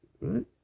Right